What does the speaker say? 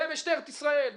במשטרת ישראל,